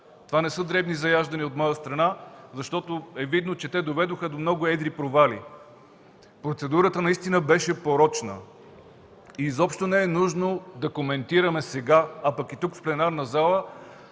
Това не са дребни заяждания от моя страна, защото е видно, че те доведоха до много едри провали. Процедурата беше порочна и изобщо не е нужно да коментираме сега, а и тук, в пленарната зала,